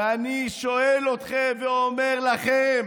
ואני שואל אתכם ואומר לכם: